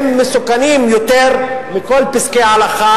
הם מסוכנים יותר מכל פסקי ההלכה